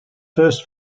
first